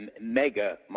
mega